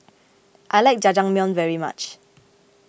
I like Jajangmyeon very much